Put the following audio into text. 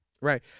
Right